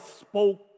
spoke